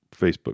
Facebook